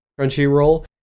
Crunchyroll